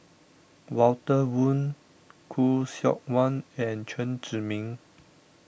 Walter Woon Khoo Seok Wan and Chen Zhiming